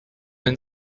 been